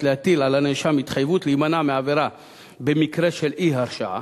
להטיל על הנאשם התחייבות להימנע מעבירה במקרה של אי-הרשעה,